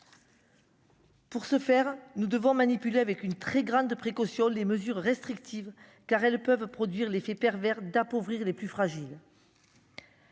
Pour ce faire, nous devons, avec une très grande précaution, des mesures restrictives car elles peuvent produire l'effet pervers d'appauvrir les plus fragiles.